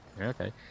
Okay